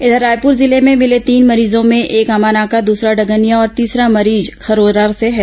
इधर रायपुर जिले में मिले तीन मरीजों में एक आमानाका दूसरा डगनिया और तीसरा मरीज खरोरा से है